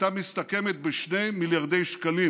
הייתה מסתכמת ב-2 מיליארדי שקלים.